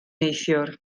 neithiwr